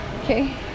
okay